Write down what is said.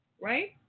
right